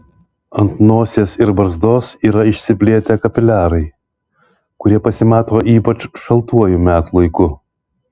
ant nosies ir barzdos yra išsiplėtę kapiliarai kurie pasimato ypač šaltuoju metų laiku